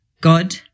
God